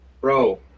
bro